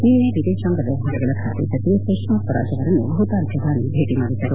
ನಿನ್ನೆ ವಿದೇತಾಂಗ ವ್ಯವಹಾರಗಳ ಖಾತೆ ಸಚಿವೆ ಸುಷ್ಮಾ ಸ್ವರಾಜ್ ಅವರನ್ನು ಭೂತಾನ್ ಪ್ರಧಾನಿ ಭೇಟ ಮಾಡಿದ್ದರು